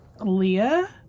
Leah